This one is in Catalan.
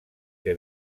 que